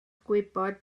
gwybod